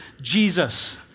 Jesus